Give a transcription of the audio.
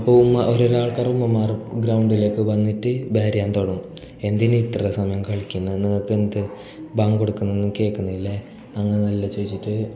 പോകുന്ന അവരൊരാൾക്കാരാകുമ്പം മാറും ഗ്രൗണ്ടിലേക്ക് വന്നിട്ട് ബഹരിയാൻ തുടങ്ങും എന്തിന് ഇത്ര സമയം കളിക്കുന്നു നിങ്ങൾക്കെന്തു ബാങ്കെടുക്കുന്നതൊന്നും കേൾക്കുന്നില്ലെ അങ്ങനെയെന്നല്ല ചോദിച്ചിട്ട്